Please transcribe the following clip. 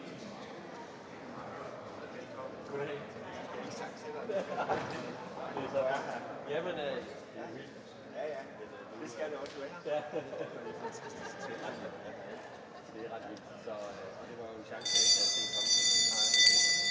det er helt rigtigt